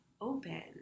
open